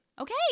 Okay